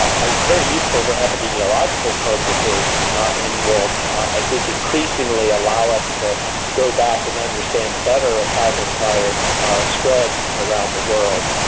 are very useful for epidemiological purposes and will i think increasingly allow us to go back and understand better how this virus spread around the world.